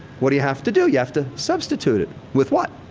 what do you have to do? you have to substitute it. with what?